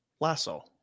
Lasso